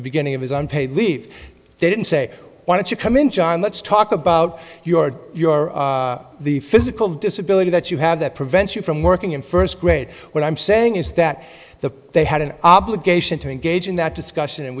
the beginning of his unpaid leave they didn't say why don't you come in john let's talk about your your the physical disability that you had that prevents you from working in first grade what i'm saying is that the they had an obligation to engage in that discussion and